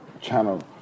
channel